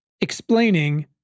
explaining